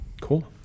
cool